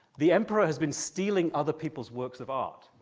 the emperor has been stealing other people's works of art,